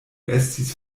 estis